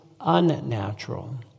unnatural